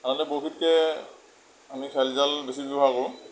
আগতে বৰশীতকৈ আমি খেৱালি জাল বেছিকৈ ব্যৱহাৰ কৰোঁ